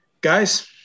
guys